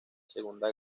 segunda